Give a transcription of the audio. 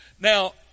Now